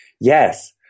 yes